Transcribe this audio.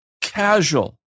casual